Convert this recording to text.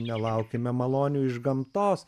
nelaukime malonių iš gamtos